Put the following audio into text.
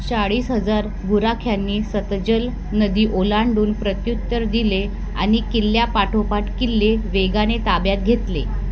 चाळीस हजार गुराख्यांनी सतलज नदी ओलांडून प्रत्युत्तर दिले आणि किल्ल्या पाठोपाठ किल्ले वेगाने ताब्यात घेतले